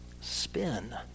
Spin